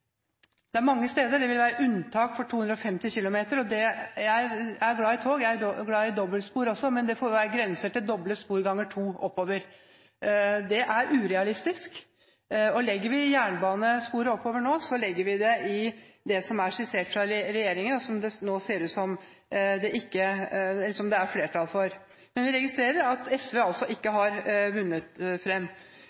steder det vil være unntak for 250 km/t. Jeg er glad i tog, og jeg er glad i dobbeltspor også, men det får være grenser for doble spor ganger to oppover. Det er urealistisk. Legger vi jernbanesporet oppover nå, legger vi det slik det er skissert fra regjeringen, og som det nå ser ut som det er flertall for. Men vi registrerer at SV altså ikke